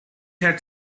had